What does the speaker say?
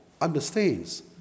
understands